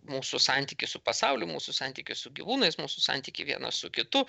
mūsų santykį su pasauliu mūsų santykį su gyvūnais mūsų santykį vienas su kitu